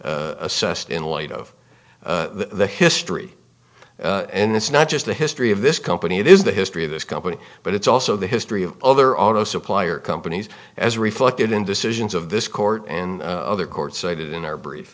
be assessed in light of the history and it's not just the history of this company it is the history of this company but it's also the history of other auto supplier companies as reflected in decisions of this court and other courts cited in our brief